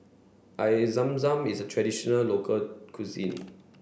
Air Zam Zam is a traditional local cuisine